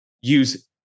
use